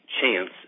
chance